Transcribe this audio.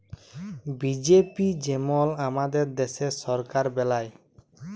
BJP যেমল আমাদের দ্যাশের সরকার বেলায়